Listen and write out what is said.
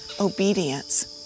obedience